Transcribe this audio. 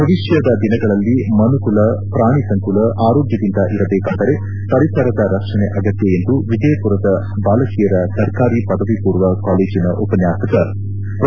ಭವಿಷ್ಠದ ದಿನಗಳಲ್ಲಿ ಮನುಕುಲ ಪ್ರಾಣಿ ಸಂಕುಲ ಆರೋಗ್ಟದಿಂದ ಇರಬೇಕಾದರೆ ಪರಿಸರದ ರಕ್ಷಣೆ ಅಗತ್ತ ಎಂದು ವಿಜಯಮರ ಬಾಲಕಿಯರ ಸರ್ಕಾರಿ ಪದವಿ ಪೂರ್ವ ಕಾಲೇಜಿನ ಉಪನ್ನಾಸಕ ಪ್ರೋ